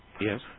Yes